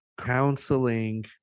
counseling